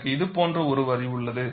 எனக்கு இது போன்ற ஒரு வரி உள்ளது